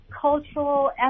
cultural